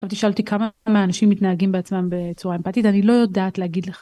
בוא תשאל אותי כמה מהאנשים מתנהגים בעצמם בצורה אימפטית, אני לא יודעת להגיד לך.